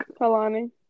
Kalani